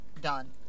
Done